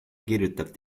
kirjutab